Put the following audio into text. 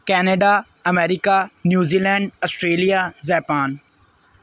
Canada America New Zealand Australia Japan